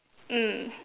mm